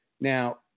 now